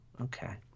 Okay